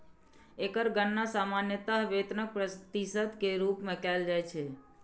एकर गणना सामान्यतः वेतनक प्रतिशत के रूप मे कैल जाइ छै